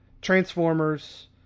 Transformers